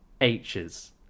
H's